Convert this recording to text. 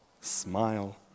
smile